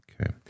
Okay